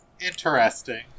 Interesting